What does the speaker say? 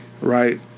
right